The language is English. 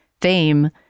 fame